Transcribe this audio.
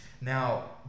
Now